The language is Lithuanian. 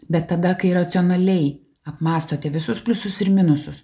bet tada kai racionaliai apmąstote visus pliusus ir minusus